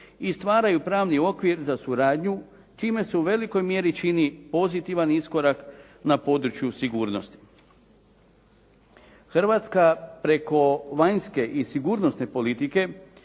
i stvaraju pravni okvir za suradnju čime se u velikoj mjeri čini pozitivan iskorak na području sigurnosti. Hrvatska preko vanjske i sigurnosne politike